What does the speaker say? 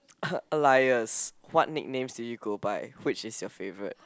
alias what nicknames do you go by which is your favourite